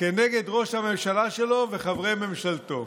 כנגד ראש הממשלה שלו וחברי ממשלתו,